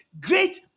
great